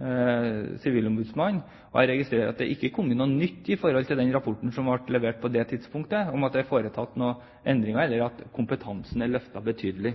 den rapporten som ble levert på det tidspunktet, at det er foretatt noen endringer, eller at kompetansen er løftet betydelig.